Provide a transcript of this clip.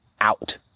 out